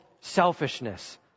selfishness